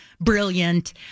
Brilliant